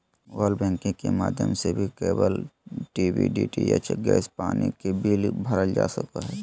mobile banking के माध्यम से भी केबल टी.वी, डी.टी.एच, गैस, पानी के बिल भरल जा सको हय